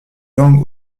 langues